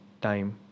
time